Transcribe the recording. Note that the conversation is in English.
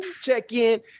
check-in